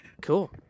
Cool